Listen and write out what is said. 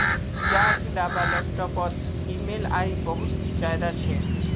यार इलाबा लैपटॉप पोत ई ऍम आई बहुत ज्यादा छे